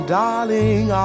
darling